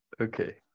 Okay